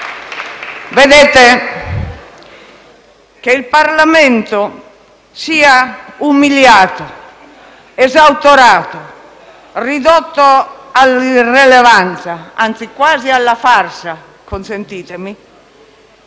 Vedete, che il Parlamento sia umiliato, esautorato, ridotto all'irrilevanza, anzi - consentitemi